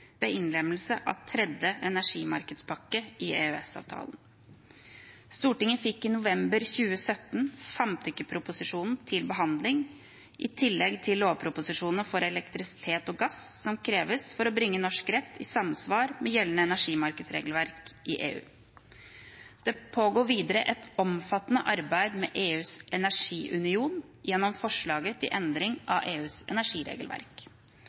ved innlemmelse av tredje energimarkedspakke i EØS-avtalen. Stortinget fikk i november 2017 samtykkeproposisjonen til behandling, i tillegg til lovproposisjonene for elektrisitet og gass som kreves for å bringe norsk rett i samsvar med gjeldende energimarkedsregelverk i EU. Det pågår videre et omfattende arbeid med EUs energiunion gjennom forslag til endring av EUs energiregelverk.